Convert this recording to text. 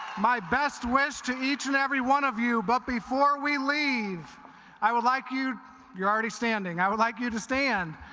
my best wish to each and every one of you but before we leave i would like you you're already standing i would like you to stand